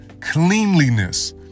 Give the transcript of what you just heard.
cleanliness